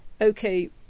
okay